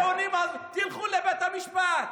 כל הטיעונים, תלכו לבית המשפט.